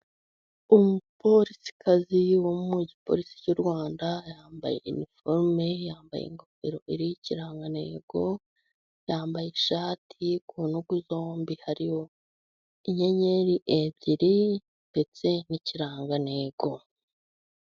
Umupolisikazi wo mu gipolisi cy'u Rwanda, yambaye iniforume, yambaye ingofero iriho ikirangantego, yambaye ishati ku ntugu zombi hari inyenyeri ebyiri ndetse n'ikirangantego.